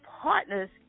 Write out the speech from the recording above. partners